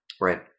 Right